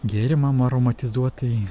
gėrimam aromatizuot tai